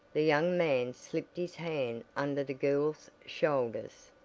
the young man slipped his hand under the girl's shoulders,